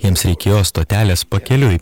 jiems reikėjo stotelės pakeliui